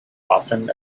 often